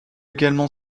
également